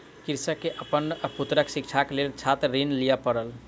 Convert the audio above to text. कृषक के अपन पुत्रक शिक्षाक लेल छात्र ऋण लिअ पड़ल